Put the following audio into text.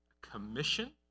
commission